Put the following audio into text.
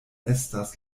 estas